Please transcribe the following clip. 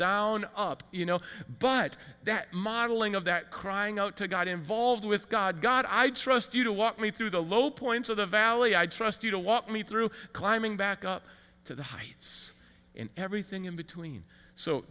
down up you know but that modeling of that crying out to got involved with god god i trust you to walk me through the low points of the valley i trust you to walk me through climbing back up to the heights and everything in between so